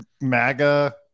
MAGA